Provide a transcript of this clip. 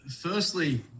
Firstly